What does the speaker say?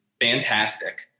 fantastic